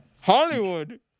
Hollywood